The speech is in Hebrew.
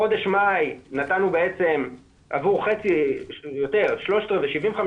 חודש מאי נתנו בעצם עבור 75% מהחודש,